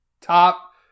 Top